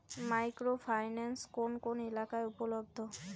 Micro finance কোন কোন এলাকায় উপলব্ধ?